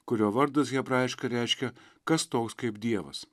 kurio vardas hebrajiškai reiškia kas toks kaip dievas